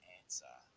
answer